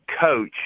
coach